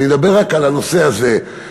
אני מדבר רק על הנושא הזה,